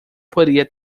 poderia